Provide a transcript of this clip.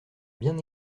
bien